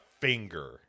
finger